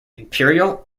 imperial